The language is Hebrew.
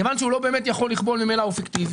מכיוון שהוא לא באמת יכול לכבול אז ממילא הוא פיקטיבי.